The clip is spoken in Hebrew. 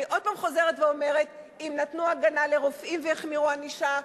אני עוד הפעם חוזרת ואומרת: אם נתנו הגנה לרופאים והחמירו ענישה,